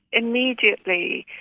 immediately,